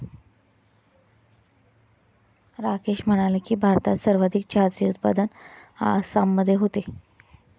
राकेश म्हणाला की, भारतात सर्वाधिक चहाचे उत्पादन आसाममध्ये होते